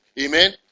Amen